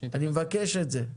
אני מבקש את זה.